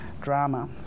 drama